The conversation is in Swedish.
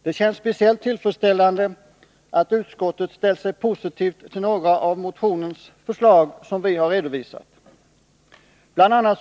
Det känns speciellt tillfredsställande att utskottet ställt sig positivt till några av de förslag som vi redovisat i motionen. BI.